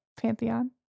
Pantheon